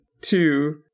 two